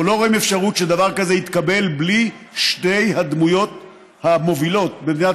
שדבר כזה יתקבל בלי שתי הדמויות המובילות במדינת